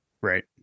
Right